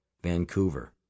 Vancouver